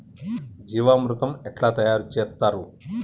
జీవామృతం ఎట్లా తయారు చేత్తరు?